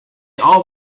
all